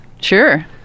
Sure